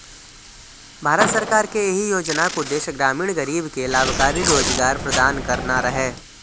भारत सरकार के एहि योजनाक उद्देश्य ग्रामीण गरीब कें लाभकारी रोजगार प्रदान करना रहै